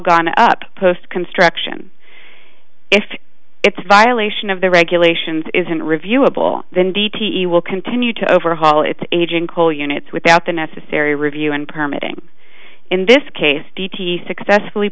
gone up post construction if it's violation of the regulations isn't reviewable then d t e will continue to overhaul its aging coal units without the necessary review and permitting in this case d t successfully